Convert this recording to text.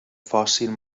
fòssil